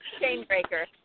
Chainbreaker